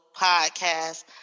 Podcast